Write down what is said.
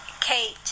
Kate